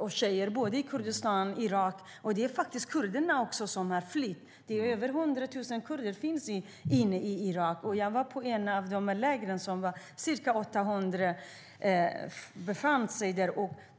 och tjejer i Kurdistan och Irak. Det är faktiskt också kurder som har flytt. Över 100 000 kurder finns inne i Irak. Jag har varit i ett av lägren. Ca 800 personer befann sig där.